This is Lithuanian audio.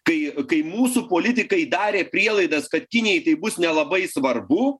kai kai mūsų politikai darė prielaidas kad kinijai tai bus nelabai svarbu